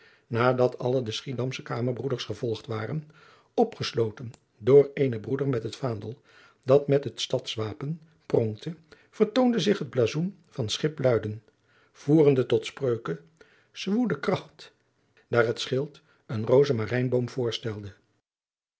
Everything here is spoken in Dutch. nadat alle de schiedamsche kamerbroeders gevolgd waren opgesloten door eenen broeder met het vaandel dat met het stads wapen pronkte vertoonde zich het blazoen van schipluiden voerende tot spreuke s wouds kracht daar het schild een rozemarijnboom voorstelde